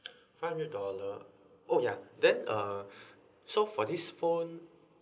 five hundred dollar oh ya then uh so for this phone